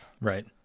Right